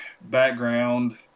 background